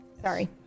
Sorry